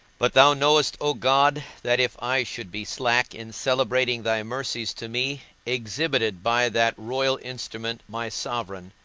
but thou knowest, o god, that if i should be slack in celebrating thy mercies to me exhibited by that royal instrument, my sovereign,